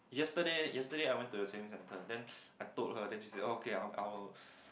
yesterday yesterday I went to the sailing centre then I told her then she said okay I will I will